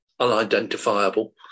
unidentifiable